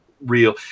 real